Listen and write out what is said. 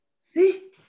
See